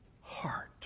heart